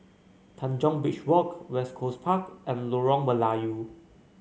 Tanjong Beach Walk West Coast Park and Lorong Melayu